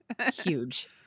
huge